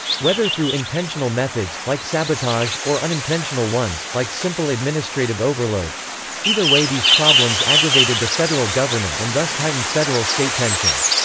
whether through intentional methods, like sabotage, or unintentional ones, like simple administrative overload either way these problems aggravated the federal government and thus heightened federal-state tensions.